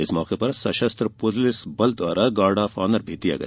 इस मौके पर सशस्त्र पुलिस बल द्वारा गार्ड ऑफ आनर दिया गया